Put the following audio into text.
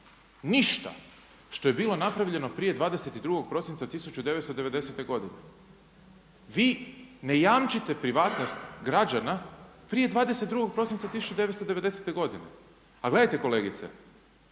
ništa što je bilo napravljeno prije 22. prosinca 1990. godine. Vi ne jamčite privatnost građana prije 22. prosinca 1990. godine. A gledajte kolegice,